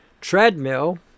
treadmill